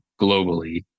globally